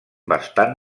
bastant